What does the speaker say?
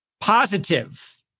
positive